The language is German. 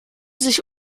sich